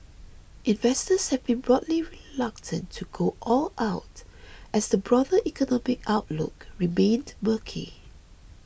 investors have been broadly reluctant to go all out as the broader economic outlook remained murky